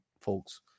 folks